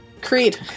Creed